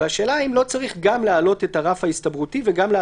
השאלה היא האם לא צריך להעלות גם את הרף ההסתברותי וגם את